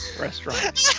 restaurant